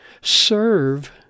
serve